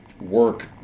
work